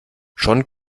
schon